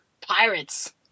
Pirates